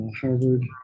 harvard